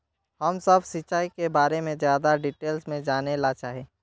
हम सब सिंचाई के बारे में ज्यादा डिटेल्स में जाने ला चाहे?